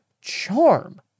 charm